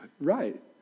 Right